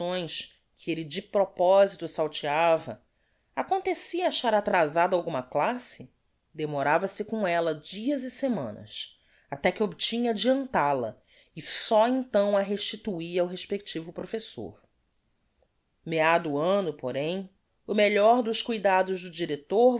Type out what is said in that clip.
licções que elle de proposito salteava acontecia achar atrazada alguma classe demorava-se com ella dias e semanas até que obtinha adiantal a e só então a restituia ao respectivo professor meado o anno porém o melhor dos cuidados do director